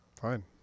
Fine